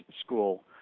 school